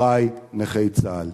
אחי, נכי צה"ל.